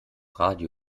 radio